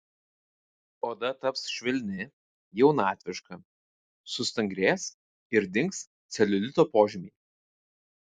oda taps švelni jaunatviška sustangrės ir dings celiulito požymiai